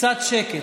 קצת שקט,